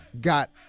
got